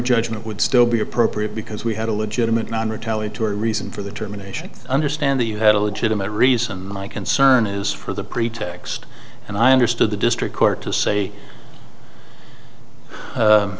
judgment would still be appropriate because we had a legitimate nonmetallic to a reason for the termination understand that you had a legitimate reason my concern is for the pretext and i understood the district court to say